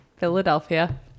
philadelphia